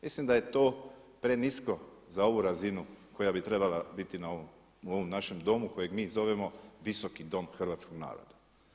Mislim da je to prenisko za ovu razinu koja bi trebala biti u ovom našem domu kojeg mi zovemo Visoki dom hrvatskog naroda.